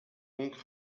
donc